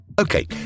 Okay